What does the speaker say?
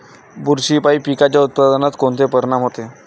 बुरशीपायी पिकाच्या उत्पादनात कोनचे परीनाम होते?